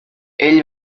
ell